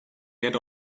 get